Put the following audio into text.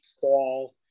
fall